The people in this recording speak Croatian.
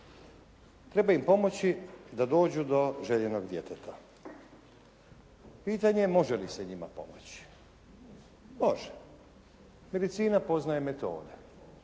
Treba im pomoći da dođu do željenog djeteta. Pitanje je može li se njima pomoći? Može. Medicina poznaje metode.